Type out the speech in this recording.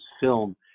film